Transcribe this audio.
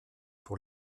pour